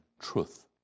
truth